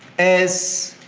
as